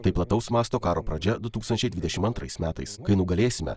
tai plataus masto karo pradžia du tūkstančiai dvidešim antrais metais kai nugalėsime